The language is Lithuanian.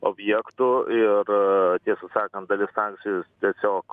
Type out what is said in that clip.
objektų ir tiesą sakant dalis sankcijų tiesiog